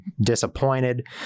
disappointed